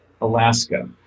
Alaska